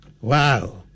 Wow